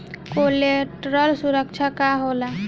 Collateral सुरक्षा का होला?